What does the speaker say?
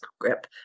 grip